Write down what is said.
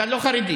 אתה לא חרדי.